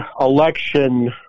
election